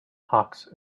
hawks